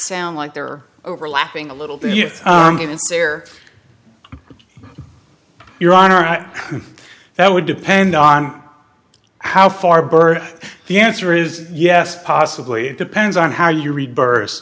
sound like they're overlapping a little bit you get in there your honor that would depend on how far bird the answer is yes possibly it depends on how you read bir